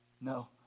No